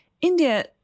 India